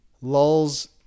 lulls